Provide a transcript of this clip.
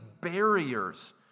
barriers